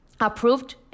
approved